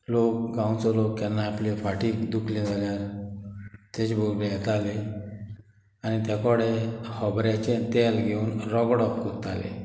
लोक गांवचो लोक केन्ना आपले फाटी दुखले जाल्यार तेजे बोगळे येताले आनी ते कोडे खोबऱ्याचे तेल घेवन रगडो कोरताले